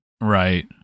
Right